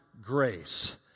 Grace